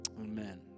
Amen